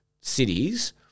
cities